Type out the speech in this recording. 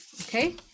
okay